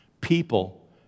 People